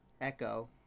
Echo